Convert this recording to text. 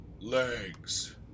legs